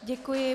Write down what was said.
Děkuji.